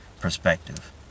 perspective